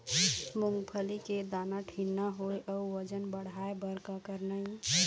मूंगफली के दाना ठीन्ना होय अउ वजन बढ़ाय बर का करना ये?